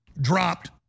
dropped